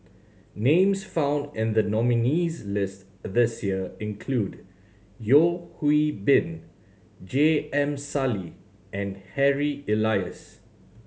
names found in the nominees' list this year include Yeo Hwee Bin J M Sali and Harry Elias